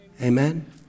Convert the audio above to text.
Amen